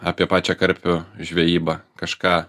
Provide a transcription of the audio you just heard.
apie pačią karpių žvejybą kažką